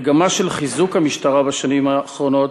המגמה של חיזוק המשטרה בשנים האחרונות